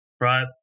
right